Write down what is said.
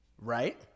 Right